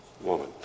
Woman